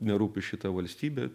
nerūpi šita valstybė